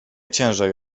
ciężej